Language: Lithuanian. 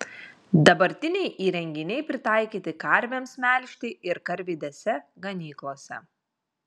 dabartiniai įrenginiai pritaikyti karvėms melžti ir karvidėse ganyklose